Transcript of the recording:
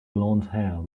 blondhair